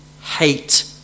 hate